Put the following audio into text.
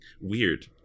weird